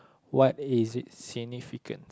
what is it significant